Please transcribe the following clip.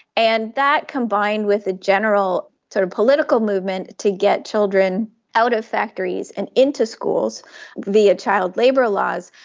and that, combined with a general sort of political movement to get children out of factories and into schools via child labour laws,